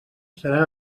seran